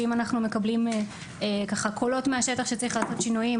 ואם אנחנו מקבלים ככה קולות מהשטח שצריך לעשות שינויים,